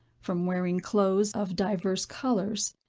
from wearing clothes of divers colors,